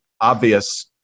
obvious